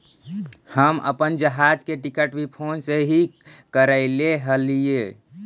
हम अपन जहाज के टिकट भी फोन से ही करैले हलीअइ